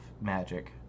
magic